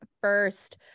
first